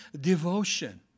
devotion